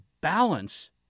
balance